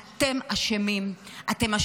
אתם אשמים.